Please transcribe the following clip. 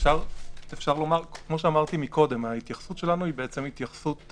כפי שאמרנו, ההתייחסות שלנו היא רוחבית.